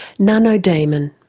nano daemon.